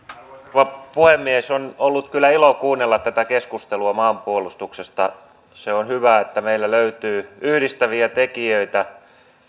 rouva puhemies on ollut kyllä ilo kuunnella tätä keskustelua maanpuolustuksesta on hyvä että meillä löytyy yhdistäviä tekijöitä